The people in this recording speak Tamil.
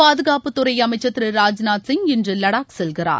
பாதுகாப்புத்துறை அமைச்சர் திரு ராஜ்நாத் சிங் இன்று லடாக் செல்கிறார்